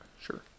sure